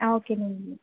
okay అండి